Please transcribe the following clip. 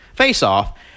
face-off